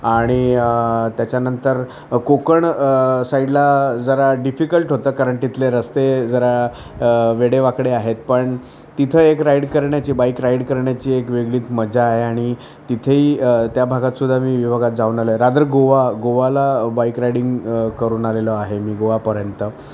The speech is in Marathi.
आणि त्याच्यानंतर कोकण साईडला जरा डिफिकल्ट होतं कारण तिथले रस्ते जरा वेडेवाकडे आहेत पण तिथं एक राईड करण्याची बाईक राईड करण्याची एक वेगळीच मजा आहे आणि तिथेही त्या भागातसुद्धा मी विभागात जाऊन आलो आहे रादर गोवा गोवाला बाईक राइडिंग करून आलेलो आहे मी गोवापर्यंत